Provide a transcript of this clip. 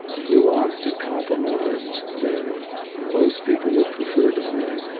nuanced and compromised than most people would prefer to so